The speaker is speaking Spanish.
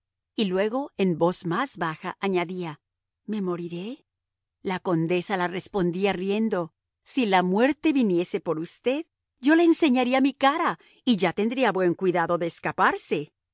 y luego en voz más baja añadía me moriré la condesa le respondía riendo si la muerte viniese por usted yo le enseñaría mi cara y ya tendría buen cuidado de escaparse